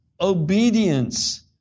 obedience